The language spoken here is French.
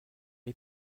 est